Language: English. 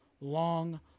long